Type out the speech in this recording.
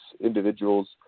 individuals